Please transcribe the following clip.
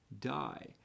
die